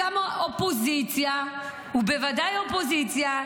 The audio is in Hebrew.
ובוודאי אופוזיציה,